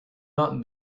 not